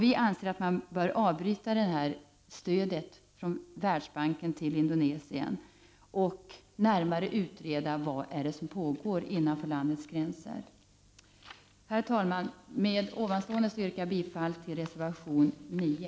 Vi anser att man bör avbryta detta stöd från Världsbanken till Indonesien och närmare utreda vad det är som pågår innanför landets gränser. Herr talman! Med det sagda yrkar jag bifall till reservation 9.